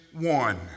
one